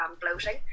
bloating